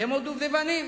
כמו דובדבנים.